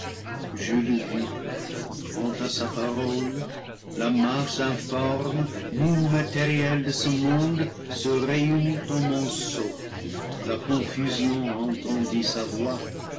je le vis quand à sa parole la masse informe moule maté riel de ce monde se réunit en monceau la confusion entendit sa voix